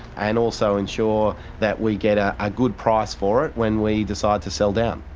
and also ensure that we get a ah good price for it when we decide to sell down.